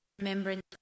remembrance